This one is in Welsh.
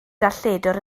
darlledwr